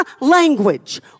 language